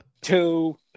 two